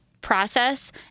process